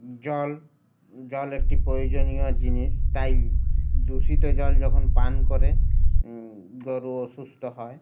জল জল একটি প্রয়োজনীয় জিনিস তাই দূষিত জল যখন পান করে গরু অসুস্থ হয়